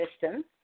system